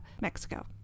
Mexico